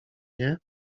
nie